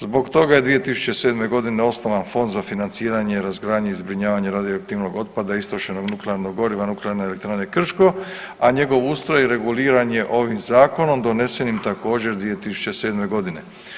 Zbog toga je 2007. godine osnovan Fond za financiranje razgradnje i zbrinjavanja radioaktivnog otpada i istrošenog nuklearnog goriva Nuklearne elektrane Krško, a njegov ustroj reguliran je ovim zakonom donesenim također 2007. godine.